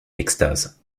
extase